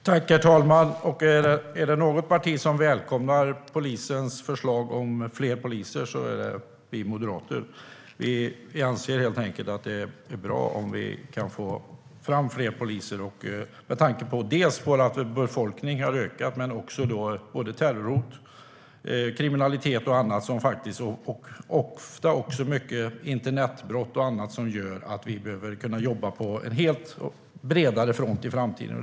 Herr talman! Är det något parti som välkomnar polisens förslag om fler poliser är det vi moderater. Vi anser helt enkelt att det är bra om det går att få fram fler poliser - detta med tanke på att befolkningen, terrorhot, kriminalitet och annat har ökat. Även internetbrott gör att man behöver jobba på bredare front i framtiden.